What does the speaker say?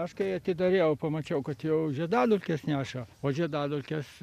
aš kai atidariau pamačiau kad jau žiedadulkes neša o žiedadulkes